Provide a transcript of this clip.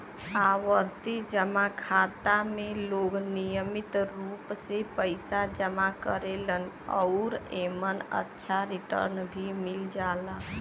आवर्ती जमा खाता में लोग नियमित रूप से पइसा जमा करेलन आउर एमन अच्छा रिटर्न भी मिल जाला